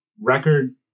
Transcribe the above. record